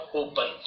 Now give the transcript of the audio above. open